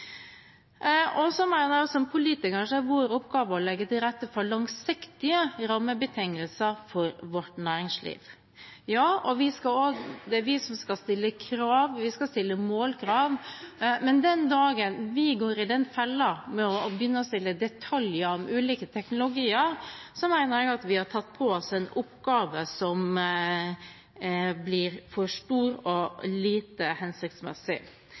Så mener jeg at som politikere er vår oppgave å legge til rette for langsiktige rammebetingelser for vårt næringsliv. Det er vi som skal stille krav – vi skal stille målkrav – men den dagen vi går i den fella det er å binde oss til detaljer innenfor ulike teknologier, mener jeg at vi har tatt på oss en oppgave som blir for stor og er lite hensiktsmessig.